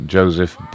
Joseph